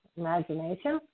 imagination